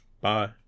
bye